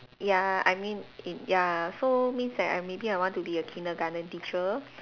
ya I mean y~ ya so means that I maybe I want to be a Kindergarten teacher